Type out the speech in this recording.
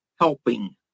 helping